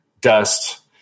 dust